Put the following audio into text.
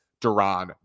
Duran